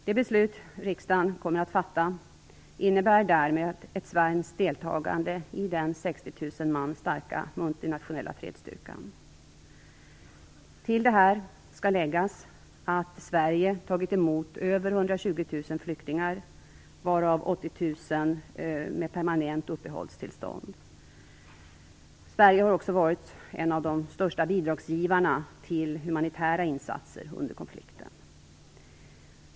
Det beslut riksdagen kommer att fatta innebär därmed ett svenskt deltagande i den 60 000 man starka multinationella fredsstyrkan. Till detta skall läggas att Sverige har tagit emot över 120 000 flyktingar, varav 80 000 fått permanent uppehållstillstånd. Sverige har också varit en av de största bidragsgivarna till humanitära insatser under konflikten.